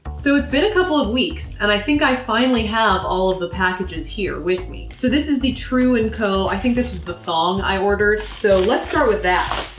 so it's been a couple of weeks and i think i've finally have all of the packages here with me so this is the true and co, i think this is the thong i ordered. so, let's start with that